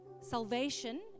Salvation